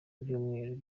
ibyumweru